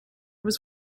was